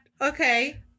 Okay